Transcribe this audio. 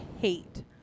hate